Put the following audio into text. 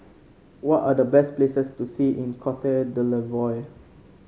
what are the best places to see in Cote d'Ivoire